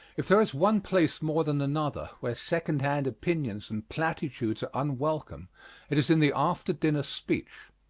if there is one place more than another where second-hand opinions and platitudes are unwelcome it is in the after-dinner speech.